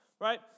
Right